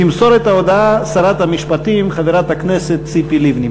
תמסור את ההודעה שרת המשפטים חברת הכנסת ציפי לבני.